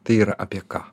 tai yra apie ką